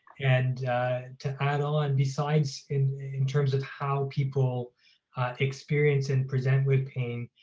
and to add on, besides in in terms of how people experience and present with pain,